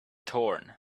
torn